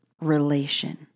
relation